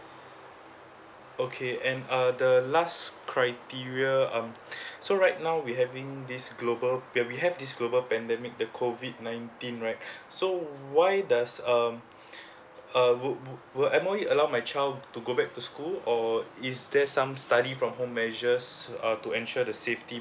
okay and uh the last criteria um so right now we having this global we have this global pandemic the COVID nineteen right so why does um uh will M_O_E allow my child to go back to school or is there some study from home measure s~ to ensure the safety